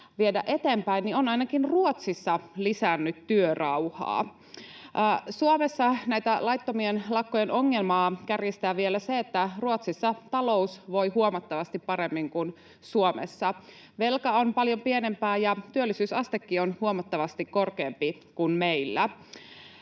viedä eteenpäin, on ainakin Ruotsissa lisännyt työrauhaa. Suomessa näiden laittomien lakkojen ongelmaa kärjistää vielä se, että Ruotsissa talous voi huomattavasti paremmin kuin Suomessa. Velka on paljon pienempää ja työllisyysastekin on huomattavasti korkeampi kuin meillä.